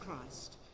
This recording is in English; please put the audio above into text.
Christ